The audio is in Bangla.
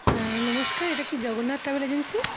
হ্যাঁ নমস্কার এটা কি জগন্নাথ ট্রাভেল এজেন্সি